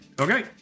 Okay